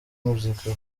muzika